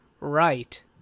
right